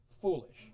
foolish